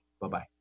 Bye-bye